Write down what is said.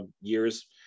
years